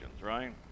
right